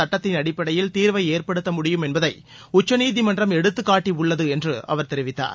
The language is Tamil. சட்டத்தின் அடிப்படையில் தீர்வை ஏற்படுத்த முடியும் என்பதை உச்சநீதிமன்றம் எடுத்துக் காட்டியுள்ளது என்று அவர் தெரிவித்தார்